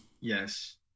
Yes